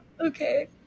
Okay